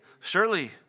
surely